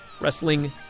Wrestling